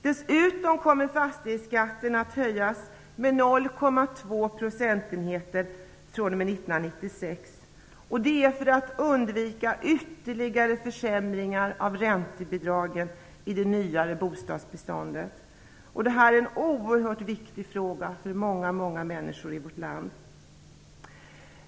Dessutom kommer fastighetsskatten att höjas med 0,2 procentenheter fr.o.m. 1996 för att undvika ytterligare försämringar av räntebidragen i det nyare bostadsbeståndet. Detta är en oerhört viktig fråga för många människor i vårt land.